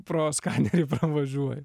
pro skanerį pravažiuoju